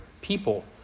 people